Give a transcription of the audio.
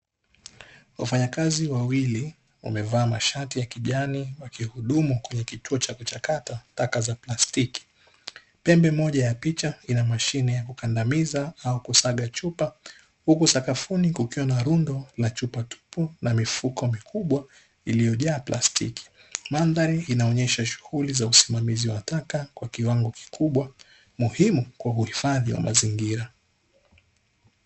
Wafanyakazi wawili wamevaa mashati ya kijani wakihudumu kwenye kituo cha kuchakata taka za plastiki. Pembe moja ya picha ina mashine ya kukandamiza au kusaga chupa, huku sakafuni kukiwa na rundo la chupa tupu na mifuko mikubwa iliyojaa plastiki. Mandhari inaonyesha shughuli za usimamizi wa taka kwa kiwango kikubwa, muhimu kwa uhifadhi wa mazingira.